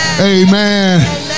Amen